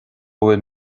bhfuil